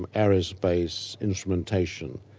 um aerospace instrumentation,